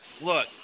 look